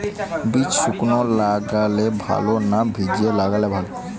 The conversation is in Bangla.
বীজ শুকনো লাগালে ভালো না ভিজিয়ে লাগালে ভালো?